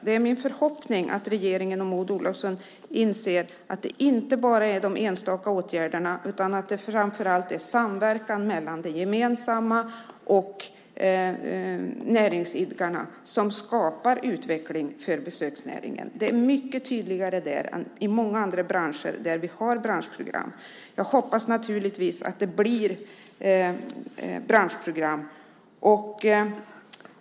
Det är min förhoppning att regeringen och Maud Olofsson inser att det inte bara är de enstaka åtgärderna utan framför allt samverkan mellan näringsidkarna som skapar utveckling för besöksnäringen. Det är mycket tydligare där än i andra branscher där vi har branschprogram. Jag hoppas naturligtvis att det blir branschprogram.